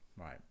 right